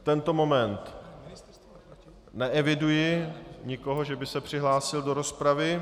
V tento moment neeviduji nikoho, že by se přihlásil do rozpravy.